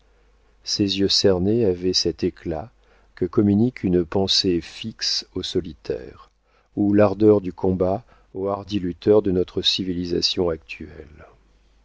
ses yeux cernés avaient cet éclat que communique une pensée fixe aux solitaires ou l'ardeur du combat aux hardis lutteurs de notre civilisation actuelle